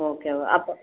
okay அப்போது